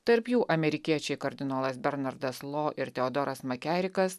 tarp jų amerikiečiai kardinolas bernardas lo ir teodoras makerikas